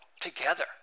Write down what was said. together